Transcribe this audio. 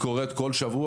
היא קורית כל שבוע.